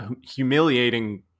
humiliating